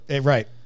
Right